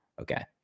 Okay